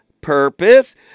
purpose